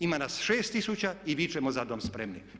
Ima nas 6000 i vičemo za dom spremni.